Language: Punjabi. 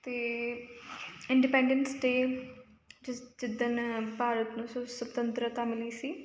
ਅਤੇ ਇੰਡੀਪੈਂਡੈਂਟਸ ਡੇ ਜਿਸ ਜਿੱਦਣ ਭਾਰਤ ਨੂੰ ਸੁ ਸੁਤੰਤਰਤਾ ਮਿਲੀ ਸੀ